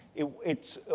it's,